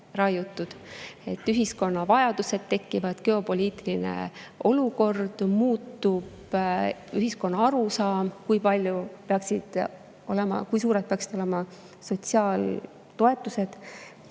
Ühiskonna vajadused tekivad, geopoliitiline olukord muutub, muutub ühiskonna arusaam, kui suured peaksid olema sotsiaaltoetused,